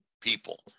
people